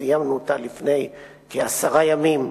שסיימנו אותה לפני כעשרה ימים,